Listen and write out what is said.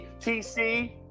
TC